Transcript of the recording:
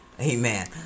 amen